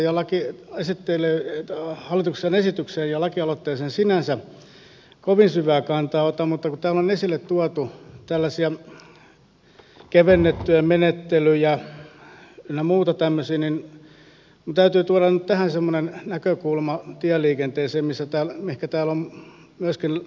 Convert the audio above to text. minä en tähän varsinaiseen hallituksen esitykseen ja lakialoitteeseen sinänsä kovin syvää kantaa ota mutta kun täällä on esille tuotu tällaisia kevennettyjä menettelyjä ynnä muita tämmöisiä niin minun täytyy tuoda nyt tähän semmoinen näkökulma tieliikenteeseen mihinkä täällä on myöskin viitattu